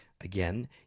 Again